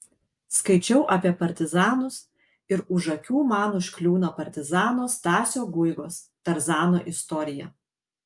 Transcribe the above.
skaičiau apie partizanus ir už akių man užkliūna partizano stasio guigos tarzano istorija